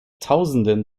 tausenden